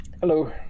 Hello